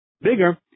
bigger